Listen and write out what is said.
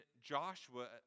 Joshua